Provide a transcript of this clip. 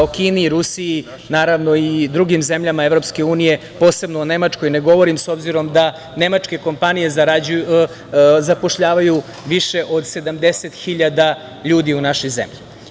O Kini i Rusiji, naravno i drugim zemljama EU, posebno o Nemačkoj da ne govorim s obzirom da nemačke kompanije zapošljavaju više od 70 hiljada ljudi u našoj zemlji.